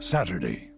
Saturday